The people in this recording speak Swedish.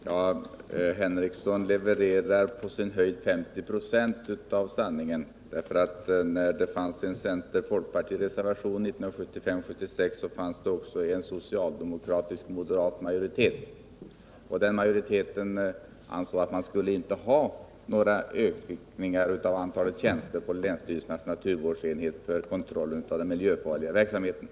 Herr talman! Lars Henrikson levererar på sin höjd 50 26 av sanningen. Till betänkandet i ärendet vid 1975/76 års riksdag var fogad en centerpartistiskfolkpartistisk reservation, men en socialdemokratisk-moderat majoritet ansåg inte att man skulle ha några ökningar av antalet tjänster på länsstyrelsernas naturvårdsenheter för kontroll av den miljöfarliga verksam heten.